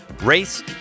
Race